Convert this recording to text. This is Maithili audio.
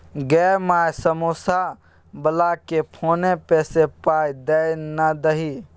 गै माय समौसा बलाकेँ फोने पे सँ पाय दए ना दही